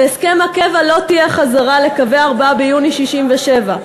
בהסכם הקבע לא תהיה חזרה לקווי 4 ביוני 67',